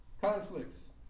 Conflicts